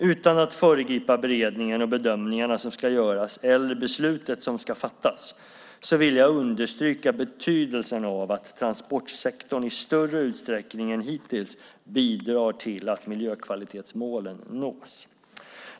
Utan att föregripa beredningen och bedömningarna som ska göras eller beslutet som ska fattas vill jag understryka betydelsen av att transportsektorn i större utsträckning än hittills bidrar till att miljökvalitetsmålen nås.